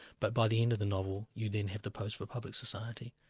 but by the end of the novel, you then have the post-republic society,